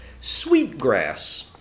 Sweetgrass